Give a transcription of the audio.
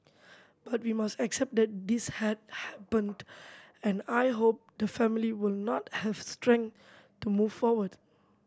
but we must accept that this has happened and I hope the family will not have strength to move forward